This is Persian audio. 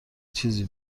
چیزی